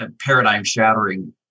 paradigm-shattering